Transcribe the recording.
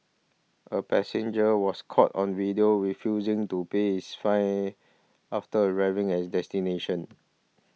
a passenger was caught on video refusing to pay his fine after arriving at his destination